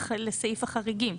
לסעיף החריגי.